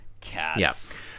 Cats